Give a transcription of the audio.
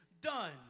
done